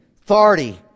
authority